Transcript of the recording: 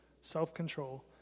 self-control